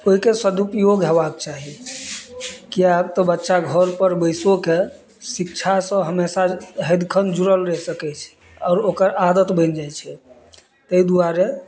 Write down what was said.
ओहिके सदुपयोग होयबाक चाही किएक तऽ बच्चा घर पर बैसो कऽ शिक्षा शसँ हमेशा सैदखन जुड़ल रहि सकैत छै आओर ओकर आदत बनि जाइ छै ताहि दुआरे